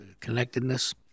connectedness